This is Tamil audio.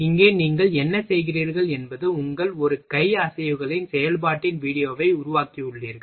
இங்கே நீங்கள் என்ன செய்கிறீர்கள் என்பது உங்கள் இரு கை அசைவுகளின் செயல்பாட்டின் வீடியோவை உருவாக்கியுள்ளீர்கள்